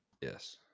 Yes